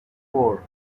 four